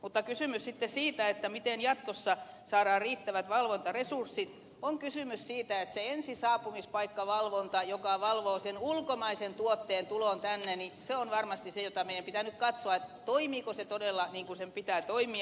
mutta siinä miten jatkossa saadaan riittävät valvontaresurssit on kysymys siitä että se ensisaapumispaikkavalvonta joka valvoo sen ulkomaisen tuotteen tulon tänne on varmasti se jonka osalta meidän nyt pitää katsoa toimiiko se todella niin kuin sen pitää toimia